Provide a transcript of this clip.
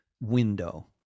window